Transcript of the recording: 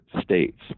states